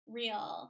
real